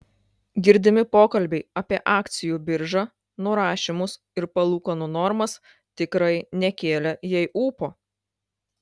girdimi pokalbiai apie akcijų biržą nurašymus ir palūkanų normas tikrai nekėlė jai ūpo